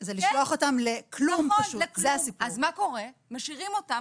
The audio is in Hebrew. אז תעלו את המס, אצל הפסיכולוגים הפרטיים